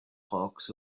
hawks